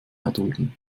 erdulden